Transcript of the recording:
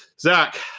Zach